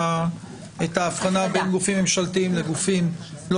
ההבחנה בין גופים ממשלתיים לגופים לא